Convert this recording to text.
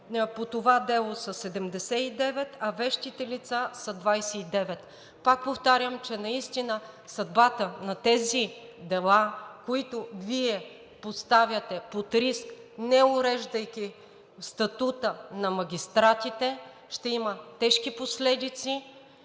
по това дело са 79, а вещите лица са 29. Пак повтарям, че наистина съдбата на тези дела, които Вие поставяте под риск, не уреждайки статута на магистратите, ще има тежки последици.